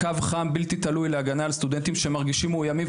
קו חם בלתי תלוי להגנה על סטודנטים שמרגישים מאוימים,